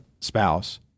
spouse